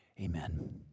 Amen